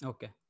Okay